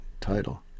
title